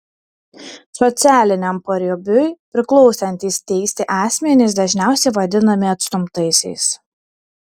socialiniam paribiui priklausantys teisti asmenys dažniausiai vadinami atstumtaisiais